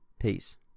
Peace